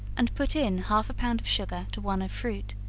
and put in half a pound of sugar to one of fruit,